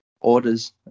orders